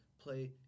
play